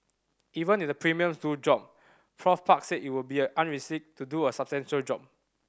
even if the premium to drop Prof Park said it will be unrealistic to do a substantial drop